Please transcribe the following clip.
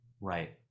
right